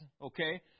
okay